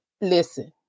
listen